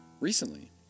recently